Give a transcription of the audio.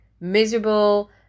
miserable